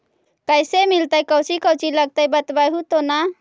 कैसे मिलतय कौची कौची लगतय बतैबहू तो न?